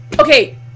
Okay